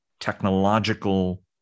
technological